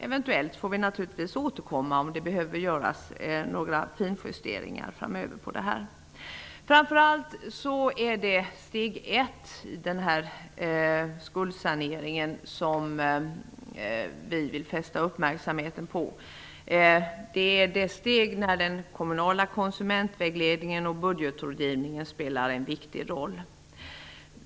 Eventuellt får vi återkomma om det behöver göras finjusteringar framöver. Det är framför allt steg 1 i skuldsaneringen som vi vill fästa uppmärksamheten på. Det är det steg då den kommunala konsumentvägledningen och budgetrådgivningen spelar en viktig roll.